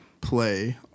play